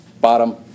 bottom